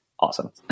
Awesome